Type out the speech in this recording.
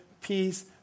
peace